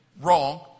wrong